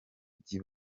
by’i